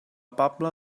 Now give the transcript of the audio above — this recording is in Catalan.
pobla